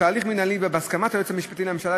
בתהליך מינהלי ובהסכמת היועץ המשפטי לממשלה,